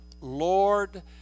Lord